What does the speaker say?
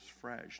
fresh